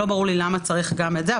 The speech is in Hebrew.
לא ברור לי למה צריך לאשר את גם זה.